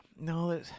No